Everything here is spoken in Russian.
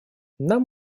нам